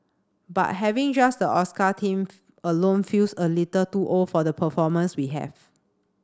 but having just the Oscar theme alone feels a little too old for the performers we have